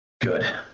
Good